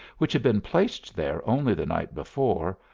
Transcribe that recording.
which had been placed there only the night before,